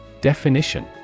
Definition